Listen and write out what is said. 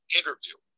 interview